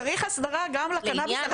צריך אסדרה גם לקנאביס הרגיל.